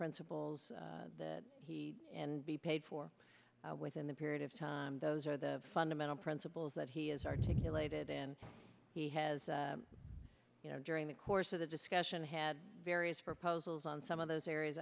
principles that he and be paid for within the period of time those are the fundamental principles that he is articulated and he has you know during the course of the discussion had various proposals on some of those areas